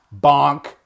Bonk